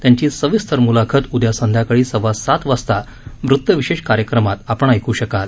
त्यांची सविस्तर मुलाखत उद्या संध्याकाळी सव्वा सात वाजता वृत्तविशेष कार्यक्रमात आपण ऐकू शकाल